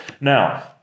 Now